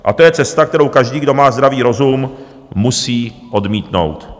A to je cesta, kterou každý, kdo má zdravý rozum, musí odmítnout.